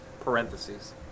Parentheses